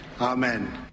Amen